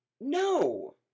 No